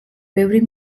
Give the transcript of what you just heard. ბევრი